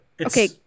Okay